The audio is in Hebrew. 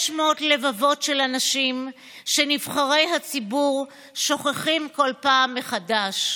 600 לבבות של אנשים שנבחרי הציבור שוכחים כל פעם מחדש.